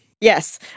Yes